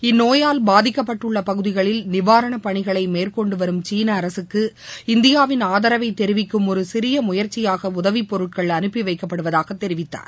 இந்நோயால் பாதிக்கப்பட்டுள்ள பகுதிகளில் நிவாரண பணிகளை மேற்கொண்டு வரும் சீன அரசுக்கு இந்தியாவின் ஆதரவை தெரிவிக்கும் ஒரு சிறிய முயற்சியாக உதவிப் பொருட்கள் அனுப்பி வைக்கப்படுவதாக அவர் தெரிவித்தார்